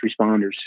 responders